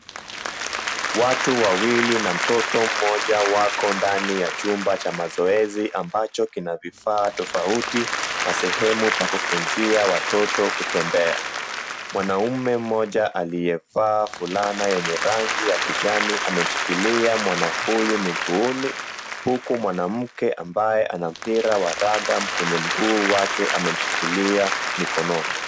Watu wawili na mtoto mmoja wako ndani ya chumba cha mazoezi ambacho kina vifaa tofauti na sehemu pa kufunzia watoto kutembea. Mwanaume mmoja aliyevaa fulana yenye rangi ya kijani amemshikilia mwana huyu miguuni huku mwanamke ambaye ana mpira wa ragam kwenye mguu wake amemshikilia mikononi.